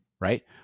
right